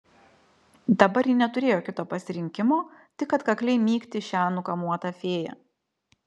dabar ji neturėjo kito pasirinkimo tik atkakliai mygti šią nukamuotą fėją